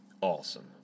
awesome